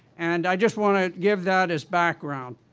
and i just wanted to give that as background.